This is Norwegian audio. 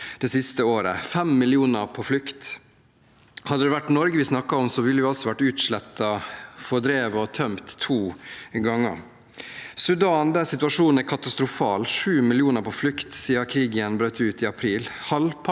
det siste året. Det er 5 millioner på flukt. Hadde det vært Norge vi snakket om, ville vi altså vært utslettet, fordrevet og tømt to ganger. I Sudan, der situasjonen er katastrofal, er det 7 millioner på flukt siden krigen brøt ut i april.